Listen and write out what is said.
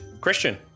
Christian